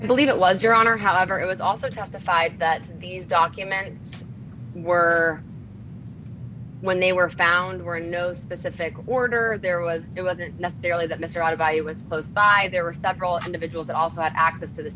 believe it was your honor however it was also testified that these documents were when they were found where no specific order there was it wasn't necessarily that mr out of a was close by there were several individuals that also had access to th